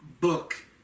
book